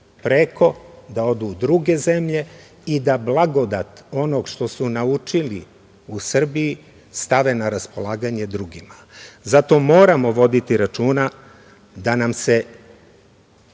preko, da odu u druge zemlje i da blagodat onog što su naučili u Srbiji stave na raspolaganje drugima. Zato moramo voditi računa da nam se